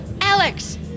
Alex